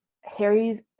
Harry's